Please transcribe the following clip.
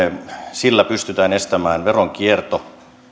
me pystymme estämään veronkierron